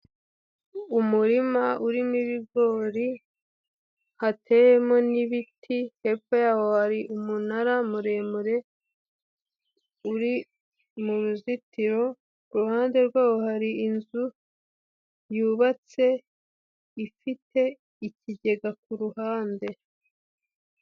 Ni akazu ka emutiyene k'umuhondo, kariho ibyapa byinshi mu bijyanye na serivisi zose za emutiyene, mo imbere harimo umukobwa, ubona ko ari kuganira n'umugabo uje kumwaka serivisi.